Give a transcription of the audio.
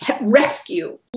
rescue